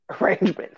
arrangements